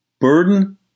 burden